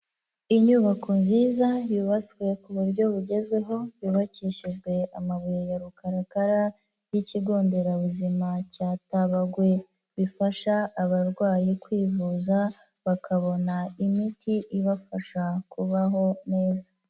Inyubako nziza yubatswe ku buryo bugezweho, yubakishijwe amabuye ya rukaragara, y'ikigonderabuzima cya Tabawe, bifasha abarwayi kwivuza, bakabona imiti ibafasha kubaho neza.